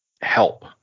help